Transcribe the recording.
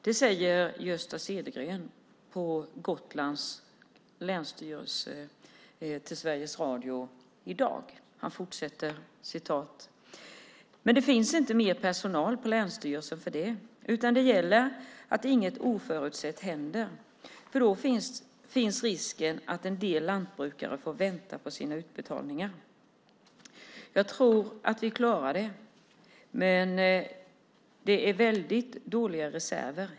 Det säger Gösta Cedergren på Gotlands länsstyrelse till Sveriges Radio i dag. Han fortsätter: Men det finns inte mer personal på länsstyrelsen för det, utan det gäller att inget oförutsett händer. Då finns risken att en del lantbrukare får vänta på sina utbetalningar. Han säger också: "Jag tror att vi klarar det. Men det är väldigt dåliga reserver.